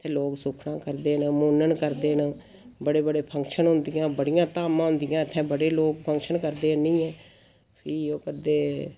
इत्थै लोक सुक्खनां करदे न मून्नन करदे न बड़े बड़े फंक्शन होंदे न बड़ियां धामा होंदियां इत्थै बड़े लोक फंक्शन करदे इ'न्ने फ्ही ओह् करदे